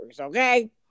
okay